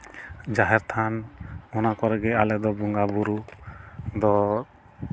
ᱡᱟᱦᱮᱨ ᱛᱷᱟᱱ ᱚᱱᱟ ᱠᱚᱨᱮ ᱜᱮ ᱟᱞᱮ ᱫᱚ ᱵᱚᱸᱜᱟᱼᱵᱳᱨᱳ ᱫᱚ